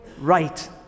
right